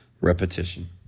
Repetition